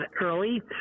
early